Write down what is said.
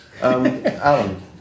Alan